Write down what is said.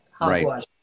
right